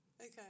okay